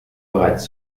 bereits